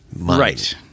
right